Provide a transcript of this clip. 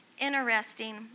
interesting